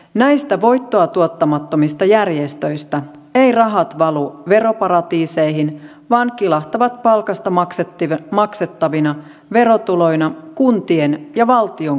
näistä voittoa tuottamattomista järjestöistä eivät rahat valu veroparatiiseihin vaan kilahtavat palkasta maksettavina verotuloina kuntien ja valtion kassaan